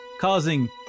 causing